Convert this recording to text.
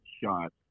shot